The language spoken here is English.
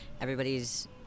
Everybody's